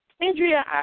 Andrea